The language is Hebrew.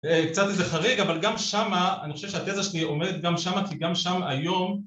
קצת איזה חריג אבל גם שמה אני חושב שהתזה שלי עומדת גם שמה כי גם שם היום